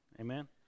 Amen